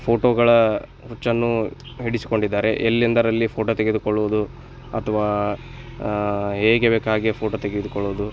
ಫೋಟೋಗಳ ಹುಚ್ಚನ್ನು ಹಿಡಿಸಿಕೊಂಡಿದಾರೆ ಎಲ್ಲೆಂದರಲ್ಲಿ ಫೋಟೋ ತೆಗೆದುಕೊಳ್ಳುವುದು ಅಥವಾ ಹೇಗೆ ಬೇಕೋ ಹಾಗೆ ಫೋಟೋ ತೆಗೆದುಕೊಳ್ಳೋದು